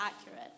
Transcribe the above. accurate